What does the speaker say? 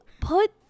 put